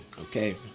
okay